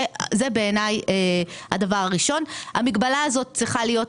זה הדבר הראשון בעיניי, המגבלה הזאת צריכה להיות.